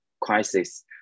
crisis